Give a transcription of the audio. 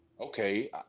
okay